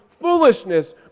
foolishness